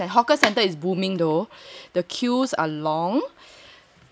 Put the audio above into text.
yeah and other than hawkers and hawker centre is booming though